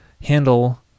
handle